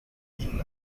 ihnen